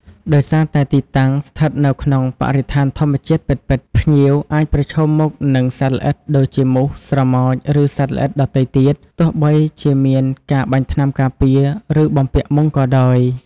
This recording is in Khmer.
ដោយសារតែទីតាំងស្ថិតនៅក្នុងបរិស្ថានធម្មជាតិពិតៗ ភ្ញៀវអាចប្រឈមមុខនឹងសត្វល្អិត ដូចជាមូស ស្រមោច ឬសត្វល្អិតដទៃទៀត ទោះបីជាមានការបាញ់ថ្នាំការពារ ឬបំពាក់មុងក៏ដោយ។